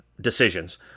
decisions